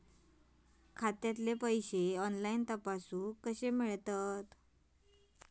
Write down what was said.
खात्यातले पैसे ऑनलाइन तपासुक कशे मेलतत?